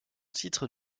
titre